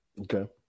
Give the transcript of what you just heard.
Okay